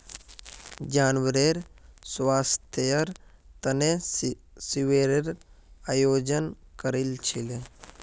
जानवरेर स्वास्थ्येर तने शिविरेर आयोजन करील छिले